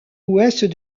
ouest